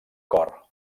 cor